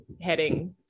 heading